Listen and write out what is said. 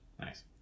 Nice